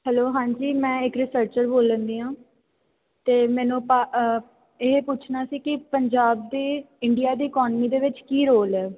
hello ਹਾਂਜੀ ਮੈਂ ਇੱਕ ਰਿਸਰਚਰ ਬੋਲਣਦੀ ਹਾਂ ਅਤੇ ਮੈਨੂੰ ਭਾ ਇਹ ਪੁੱਛਣਾ ਸੀ ਕਿ ਪੰਜਾਬ ਦੇ ਇੰਡੀਆ ਦੇ ਇਕੋਨਮੀ ਦੇ ਵਿੱਚ ਕੀ ਰੋਲ ਹੈ